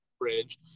bridge